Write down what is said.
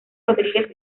rodríguez